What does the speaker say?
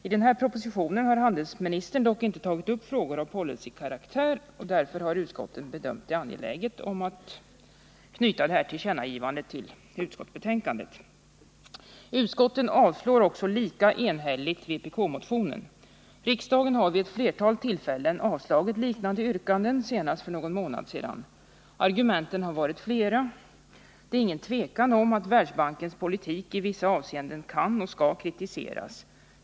I propositionen hade handelsministern dock inte tagit upp frågor av policykaraktär, och därför har utskottet bedömt det angeläget att avge tillkännagivandet i betänkandet. Lika enhälligt har utskottet avstyrkt vpk-motionen. Riksdagen har vid ett flertal tillfällen avslagit liknande yrkanden, senast för någon månad sedan. Argumenten har varit flera. Det är ingen tvekan om att Världsbankens politik i vissa avseenden kan och skall kritiseras.